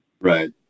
right